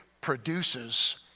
produces